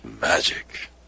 magic